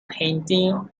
painting